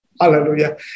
Hallelujah